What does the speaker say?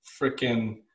freaking